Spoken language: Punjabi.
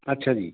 ਅੱਛਾ ਜੀ